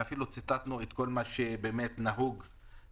ואפילו ציטטנו את כל מה שנהוג בעולם.